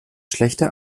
schlechte